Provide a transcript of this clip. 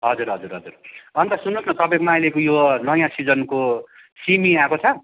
हजुर हजुर हजुर अन्त सुन्नुहोस् न तपाईँकोमा अहिले नयाँ सिजनको सिमी आएको छ